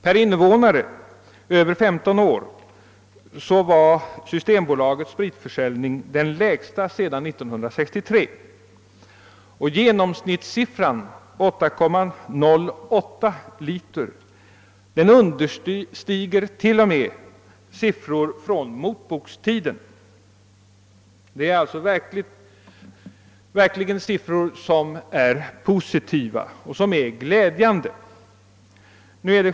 Per invånare över 15 års ålder var Systembolagets spritförsäljning den lägsta sedan år 1963, och genomsnittssiffran — 8,08 liter — understiger t.o.m. siffror från motbokstiden. Det är alltså verkligt positiva och glädjande siffror.